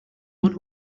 one